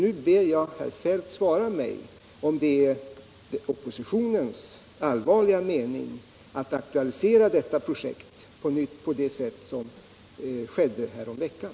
Nu ber jag herr Feldt svara mig om det är oppositionens allvarliga mening att aktualisera detta projekt på nytt på det sätt som skedde häromveckan.